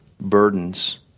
burdens